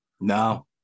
no